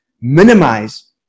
minimize